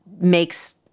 makes